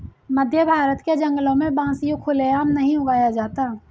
मध्यभारत के जंगलों में बांस यूं खुले आम नहीं उगाया जाता